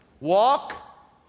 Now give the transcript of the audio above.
walk